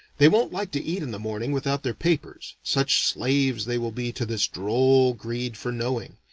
they won't like to eat in the morning without their papers, such slaves they will be to this droll greed for knowing.